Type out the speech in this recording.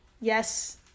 yes